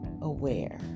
Aware